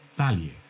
value